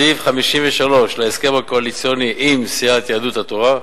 סעיף 53 להסכם הקואליציוני עם סיעת יהדות התורה,